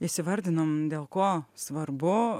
įsivardinom dėl ko svarbu